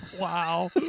Wow